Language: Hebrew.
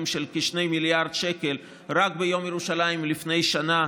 של כ-2 מיליארד שקלים רק ביום ירושלים לפני שנה,